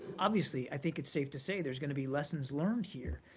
obviously, i think it's safe to say there's going to be lessons learned here.